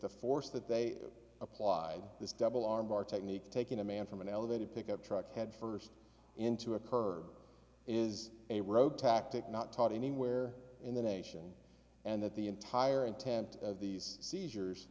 the force that they applied this double arm bar technique taking a man from an elevated pickup truck head first into a curb is a road tactic not taught anywhere in the nation and that the entire intent of these seizures